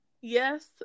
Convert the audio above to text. Yes